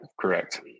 correct